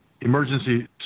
emergency